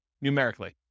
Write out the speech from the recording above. numerically